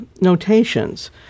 notations